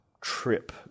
trip